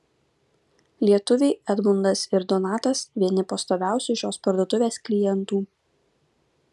lietuviai edmundas ir donatas vieni pastoviausių šios parduotuvės klientų